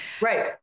Right